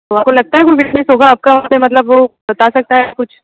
तो आपको लगता है कोई विटनेस होगा आपका के मतलब वह बता सकता है कुछ